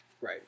Right